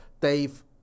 Dave